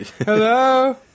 hello